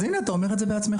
הינה, אתה אומר זאת בעצמך.